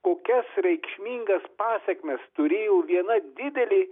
kokias reikšmingas pasekmes turėjo viena didelė